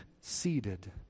seated